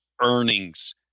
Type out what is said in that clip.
earnings